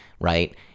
Right